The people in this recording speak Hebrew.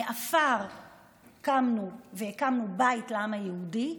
מעפר קמנו והקמנו בית לעם היהודי,